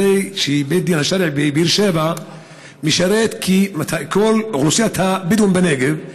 הרי בית הדין השרעי בבאר שבע משרת את כל אוכלוסיית הבדואים בנגב,